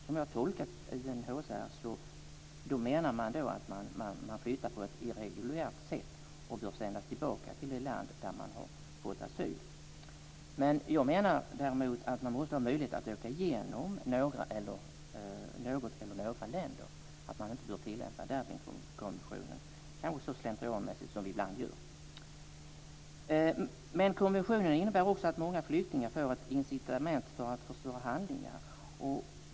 Som jag tolkar det menar UNHCR att man flyttar på ett irreguljärt sätt och bör sändas tillbaka till det land där man har fått asyl. Jag menar däremot att man måste ha möjlighet att åka igenom något eller några länder. Man bör kanske inte tillämpa Dublinkonventionen så slentrianmässigt som vi ibland gör. Men konventionen innebär också att många flyktingar får ett incitament att förstöra handlingar.